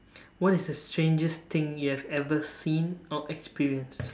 what is the strangest thing you have ever seen or experienced